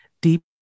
Deep